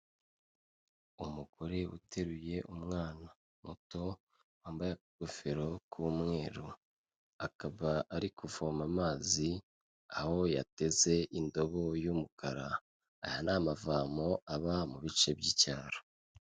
Umugore uteruye umwana muto, wambaye akagofero k'umweru, akaba ari kuvoma amazi, aho yateze indobo y'umukara, aya ni amavomo aba mu bice by'icyaro.